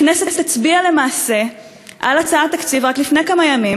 הכנסת רק לפני כמה ימים